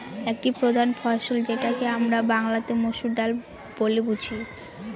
একটি প্রধান ফসল যেটাকে আমরা বাংলাতে মসুর ডাল বলে বুঝি